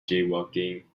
jaywalking